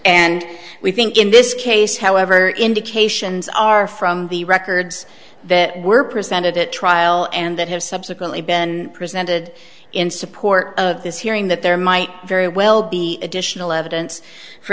and we think in this case however indications are from the records that were presented at trial and that have subsequently been presented in support of this hearing that there might very well be additional evidence for